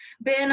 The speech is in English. ben